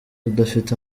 udafite